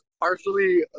partially